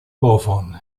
bovon